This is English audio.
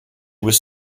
was